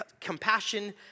Compassion